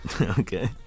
Okay